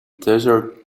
desert